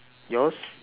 yours